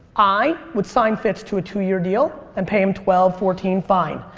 i would sign fitz to a two-year deal and pay him twelve, fourteen, fine.